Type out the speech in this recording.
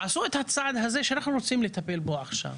עשו את הצעד הזה שאנחנו רוצים לטפל בו עכשיו.